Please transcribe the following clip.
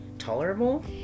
Tolerable